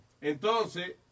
Entonces